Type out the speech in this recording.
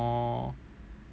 orh